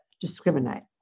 discriminate